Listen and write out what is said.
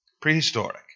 Prehistoric